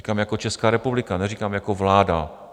Říkám jako Česká republika, neříkám jako vláda.